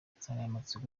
insanganyamatsiko